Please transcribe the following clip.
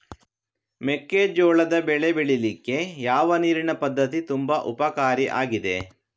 ಮೆಕ್ಕೆಜೋಳದ ಬೆಳೆ ಬೆಳೀಲಿಕ್ಕೆ ಯಾವ ನೀರಿನ ಪದ್ಧತಿ ತುಂಬಾ ಉಪಕಾರಿ ಆಗಿದೆ?